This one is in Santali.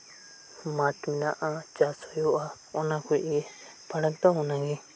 ᱢᱟᱴᱷ ᱢᱮᱱᱟᱜ ᱟ ᱪᱟᱥ ᱦᱩᱭᱩᱜ ᱟ ᱚᱱᱟᱠᱚ ᱜᱤ ᱯᱷᱟᱨᱟᱠ ᱫᱚ ᱚᱱᱟᱜᱤ